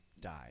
die